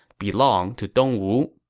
belonged to dongwu